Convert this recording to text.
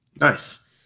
Nice